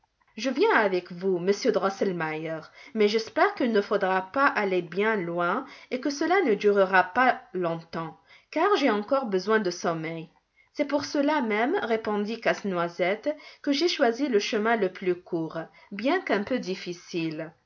je viens avec vous monsieur drosselmeier mais j'espère qu'il ne faudra pas aller bien loin et que cela ne durera pas longtemps car j'ai encore besoin de sommeil c'est pour cela même répondit casse-noisette que j'ai choisi le chemin le plus court bien qu'un peu difficile